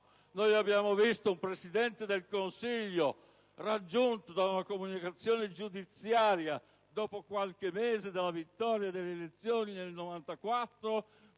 Abbiamo visto il Presidente del Consiglio raggiunto da una comunicazione giudiziaria, dopo qualche mese dalla vittoria nelle elezioni del 1994,